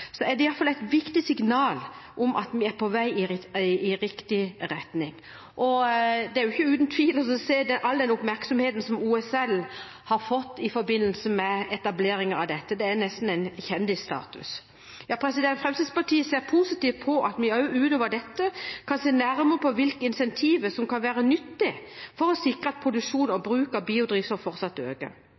så høy som vi kanskje kunne ønsket oss, er det i hvert fall et viktig signal om at vi er på vei i riktig retning. Det er uten tvil når man ser all den oppmerksomheten som OSL har fått i forbindelse med etablering av dette – det gir nesten kjendisstatus. Fremskrittspartiet ser positivt på at vi også utover dette kan se nærmere på hvilke incentiver som kan være nyttige for å sikre at produksjon og bruk av biodrivstoff fortsatt øker.